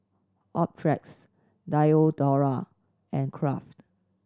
Optrex Diadora and Kraft